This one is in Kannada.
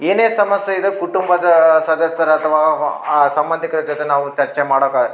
ಏನೇ ಸಮಸ್ಯೆ ಇದೆ ಕುಟುಂಬದ ಸದಸ್ಯರು ಅಥವಾ ಆ ಸಂಬಂಧಿಕ್ರ ಜೊತೆ ನಾವು ಚರ್ಚೆ ಮಾಡೋಕೆ